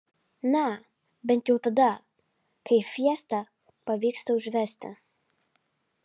na bent jau tada kai fiesta pavyksta užvesti